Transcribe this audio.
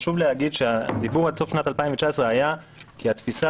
חשוב להגיד שהדיבור עד סוף שנת 2019 היה כי התפיסה